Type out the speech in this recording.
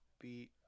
beat